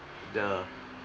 the